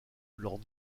lors